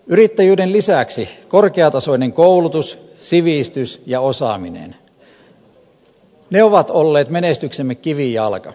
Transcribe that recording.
yrittäjyyden lisäksi korkeatasoinen koulutus sivistys ja osaaminen ovat olleet menestyksemme kivijalka